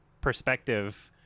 perspective